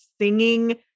singing